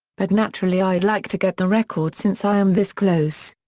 but naturally i'd like to get the record since i am this close.